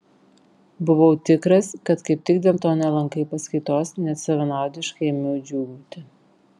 buvau tikras kad kaip tik dėl to nelankai paskaitos net savanaudiškai ėmiau džiūgauti